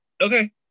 Okay